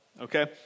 okay